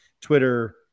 Twitter